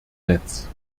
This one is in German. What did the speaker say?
netz